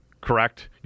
correct